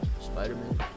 Spider-Man